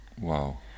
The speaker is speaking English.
Wow